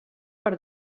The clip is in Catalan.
per